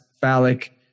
phallic